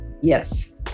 Yes